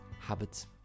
habits